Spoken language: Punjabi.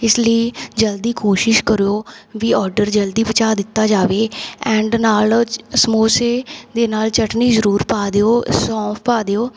ਇਸ ਲਈ ਜਲਦੀ ਕੋਸ਼ਿਸ਼ ਕਰਿਓ ਵੀ ਓਡਰ ਜਲਦੀ ਪਹੁੰਚਾ ਦਿੱਤਾ ਜਾਵੇ ਐਂਡ ਨਾਲ ਸਮੋਸੇ ਦੇ ਨਾਲ ਚੱਟਨੀ ਜ਼ਰੂਰ ਪਾ ਦਿਓ ਸੌਂਫ ਪਾ ਦਿਓ